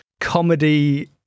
comedy